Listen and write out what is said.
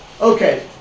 Okay